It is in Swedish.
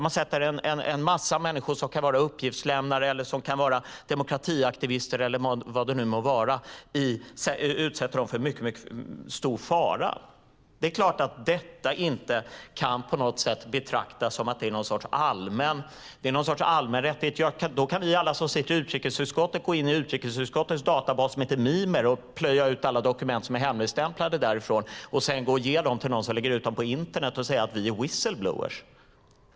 Man utsätter en massa människor, som kan vara uppgiftslämnare, demokratiaktivister eller vad det nu må vara, för en mycket stor fara. Det är klart att detta inte på något sätt kan betraktas som någon sorts allmän rättighet. I så fall kan vi alla som sitter i utrikesutskottet gå in i utrikesutskottets databas som heter Mimer och plöja ut alla dokument som är hemligstämplade därifrån, sedan ge dem till någon som lägger ut dem på internet och säga att vi är whistleblowers.